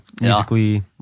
Musically